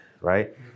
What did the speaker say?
right